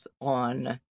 on